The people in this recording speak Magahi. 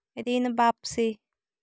ऋण वापसी?